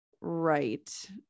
right